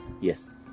Yes